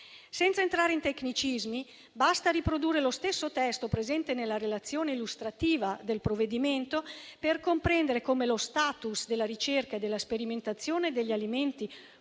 Senza entrare in tecnicismi, basta riprodurre lo stesso testo presente nella relazione illustrativa del provvedimento per comprendere come lo *status* della ricerca e della sperimentazione degli alimenti